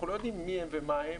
אנחנו לא יודעים מיהם ומהם.